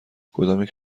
کدامیک